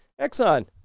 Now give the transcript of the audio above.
Exxon